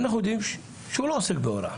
ואנחנו יודעים שהוא לא עוסק בהוראה.